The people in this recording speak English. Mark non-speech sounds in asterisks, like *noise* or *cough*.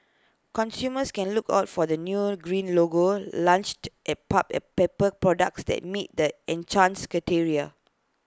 consumers can look out for the new green logo launched at pulp and paper products that meet the *unintelligible* criteria